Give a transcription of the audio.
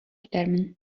китәрмен